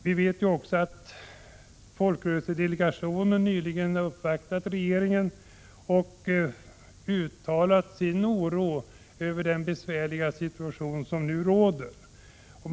Vi vet också att folkrörelsedelegationen nyligen har uppvaktat regeringen och uttalat sin oro över den besvärliga situation som nu råder.